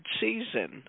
season